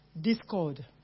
Discord